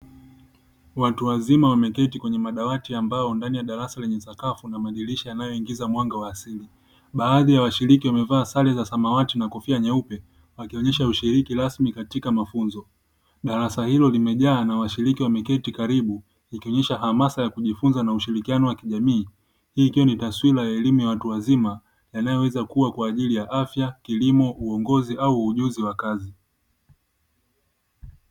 Watu wazima wameketi kwenye madawati ya mbao ndani ya darasa lenye sakafu na madirisha yanayoingiza mwanga wa asili. Baadhi ya washiriki wamevaa sare za samawati na kofia nyeupe wakionyesha ushiriki rasmi katika mafunzo. Darasa hilo limejaa na washiriki wameketi karibu ikionyesha hamasa ya kujifunza na ushirikiano wa kijamii. Hii ikiwa ni taswira ya elimu ya watu wazima yanayoweza kuwa kwa ajili ya afya, kilimo, uongozi au ujuzi wa kazi.